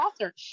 author